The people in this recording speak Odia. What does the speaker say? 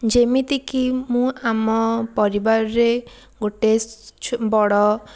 ଯେମିତିକି ମୁଁ ଆମ ପରିବାରରେ ଗୋଟେ ବଡ଼